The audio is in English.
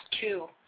two